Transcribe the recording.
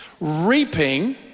reaping